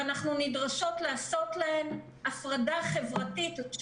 ואנחנו נדרשות לעשות להן הפרדה חברתית משאר הנשים,